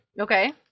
Okay